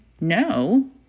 no